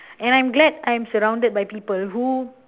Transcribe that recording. and I'm glad I'm surrounded by people who